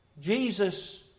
Jesus